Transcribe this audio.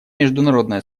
международное